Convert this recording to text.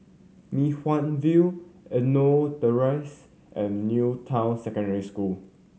Mei Hwan View Euno Terrace and New Town Secondary School